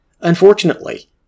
Unfortunately